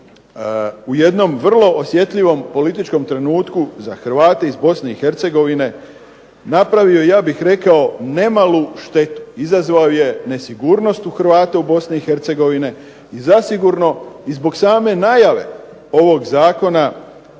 u jednom vrlo osjetljivom trenutku za Hrvate iz Bosne i Hercegovine napravio ja bih rekao nemalu štetu, izazvao je nesigurnost u Hrvata u Bosne i Hercegovine i zasigurno i zbog same najave ovog zakona